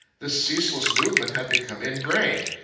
this ceaseless movement had become ingrained.